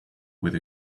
with